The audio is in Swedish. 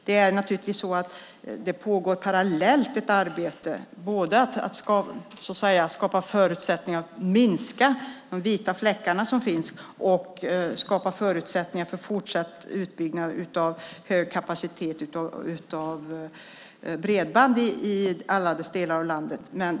Men det pågår parallellt ett arbete med att skapa förutsättningar att minska de vita fläckar som finns och för fortsatt uppbyggnad av hög kapacitet av bredband i alla delar av landet.